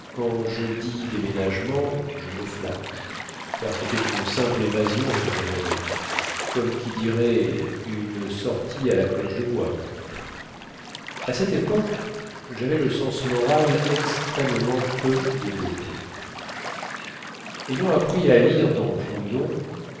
quand je dis déménagement je me flatte car cétait une simple évasion que je rêvais comme qui dirait une sortie à la cloche de bois à cette époque javais le sens moral extrêmement peu développé ayant appris à lire dans proudhon